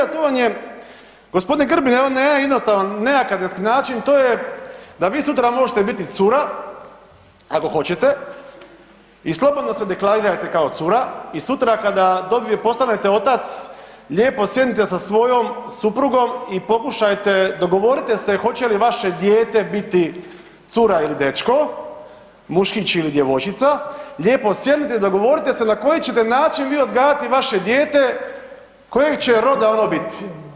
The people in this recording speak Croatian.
To vam je g. Grbin evo na jedan jednostavan nekakav način to je da vi sutra možete biti cura ako hoćete i slobodno se deklarirajte kao cura i sutra kada postanete otac lijepo sjednite sa svojom suprugom i pokušajte, dogovorite se hoće li vaše dijete biti cura ili dečko, muškić ili djevojčica, lijepo sjedite i dogovorite se na koji ćete način vi odgajati vaše dijete, kojeg će roda ono biti.